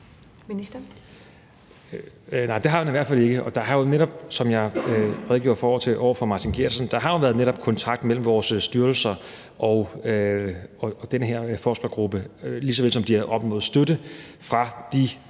hr. Martin Geertsen, været kontakt mellem vores styrelser og den her forskergruppe, lige så vel som de har opnået støtte fra de